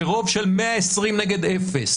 ברוב של 120 נגד אפס,